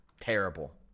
terrible